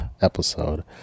episode